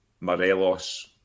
Morelos